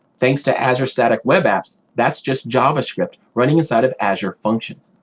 thanks to azure static web apps, that's just javascript running inside of azure functions.